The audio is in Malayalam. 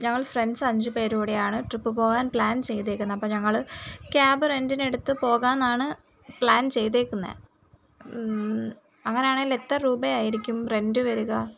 ഞങ്ങൾ ഫ്രണ്ട്സ് അഞ്ച് പേരു കൂടെയാണ് ട്രിപ്പ് പോകാന് പ്ലാൻ ചെയ്തേക്കുന്നെ അപ്പോള് ഞങ്ങള് ക്യാബ് റെൻറിന് എടുത്ത് പോകാന്നാണ് പ്ലാൻ ചെയ്തേക്കുന്നെ അങ്ങനാണേൽ എത്ര രൂപ ആയിരിക്കും റെൻറ് വരിക